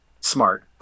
smart